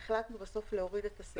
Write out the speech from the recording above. והחלטנו בסוף להוריד את הסעיף הזה.